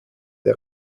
der